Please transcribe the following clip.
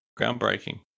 groundbreaking